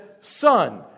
Son